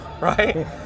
right